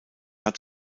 hat